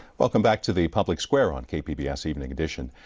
welcome back to the public square on kpbs evening edition.